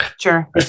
Sure